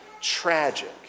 tragic